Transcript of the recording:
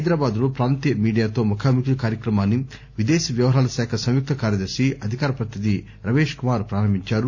హైదరాబాద్ లో ప్రాంతీయ మీడియా తో ముఖాముఖి కార్యక్రమాన్ని విదేశ వ్యవహారాల శాఖ సంయుక్త కార్యదర్శి అధికార ప్రతినిధి రవేష్ కుమార్ పారంభించారు